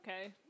okay